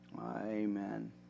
Amen